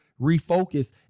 refocus